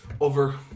over